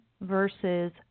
versus